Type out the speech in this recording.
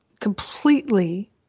completely